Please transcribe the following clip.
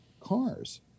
cars